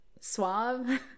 suave